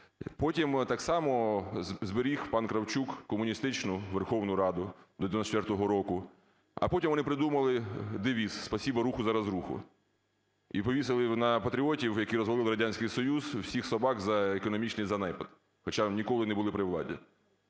Потім так само зберіг пан Кравчук комуністичну Верховну Раду до 94-го року, а потім вони придумали девіз "Спасибо "Руху" за разруху" і повісили його на патріотів, які розвалили Радянський Союз, всіх собак за економічний занепад, хоча вони ніколи не були при владі.